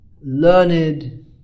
learned